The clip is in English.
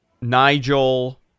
Nigel